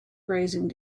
grazing